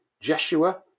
Jeshua